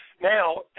now